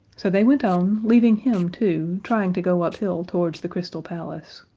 so they went on, leaving him too, trying to go uphill towards the crystal palace.